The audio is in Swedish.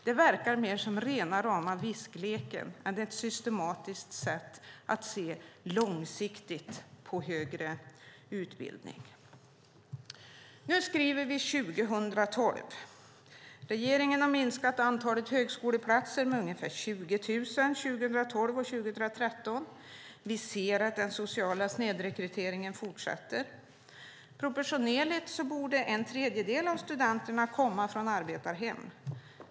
Det verkar mer som rena rama viskleken än ett systematiskt sätt att se långsiktigt på högre utbildning. Nu skriver vi 2012. Regeringen har minskat antalet högskoleplatser med ungefär 20 000 år 2012 och 2013. Vi ser att den sociala snedrekryteringen fortsätter. Proportionerligt borde en tredjedel av studenterna komma från arbetarhem.